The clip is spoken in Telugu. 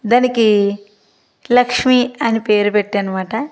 దానికి లక్ష్మి అని పేరు పెట్టానన్నమాట